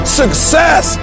success